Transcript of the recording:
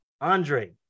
Andre